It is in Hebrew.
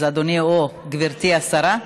אז אדוני או גברתי השרה,